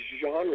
genre